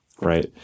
Right